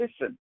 listen